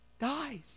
dies